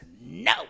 no